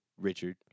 Richard